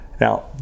Now